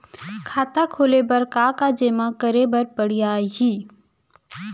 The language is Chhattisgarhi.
खाता खोले बर का का जेमा करे बर पढ़इया ही?